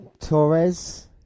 Torres